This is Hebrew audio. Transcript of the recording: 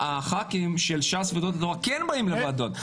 הח"כים של ש"ס ויהדות התורה כן באים לוועדות.